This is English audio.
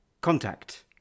Contact